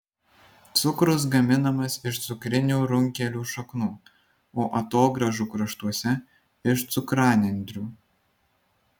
cukrus gaminamas iš cukrinių runkelių šaknų o atogrąžų kraštuose iš cukranendrių